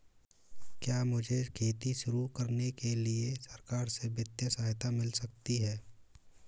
क्या मुझे खेती शुरू करने के लिए सरकार से वित्तीय सहायता मिल सकती है?